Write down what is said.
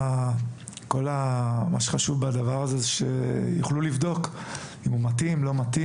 מה שחשוב בדבר הזה הוא שיוכלו לבדוק האם המאמן מתאים או לא.